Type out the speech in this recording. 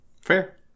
Fair